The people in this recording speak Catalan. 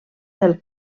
del